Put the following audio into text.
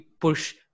push